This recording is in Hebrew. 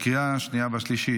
לקריאה השנייה והשלישית.